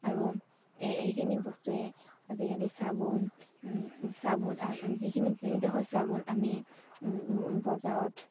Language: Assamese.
আৰু এই এইখিনি বস্তুৱে আজিকালি চাবোন চাবোন যিখিনি যিডোখৰ চাবোন আমি বজাৰত